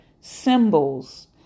symbols